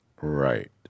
Right